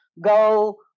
go